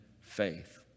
faith